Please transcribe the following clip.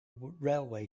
railway